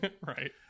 right